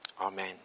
amen